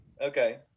okay